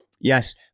Yes